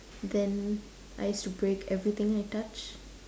then I used to break everything I touch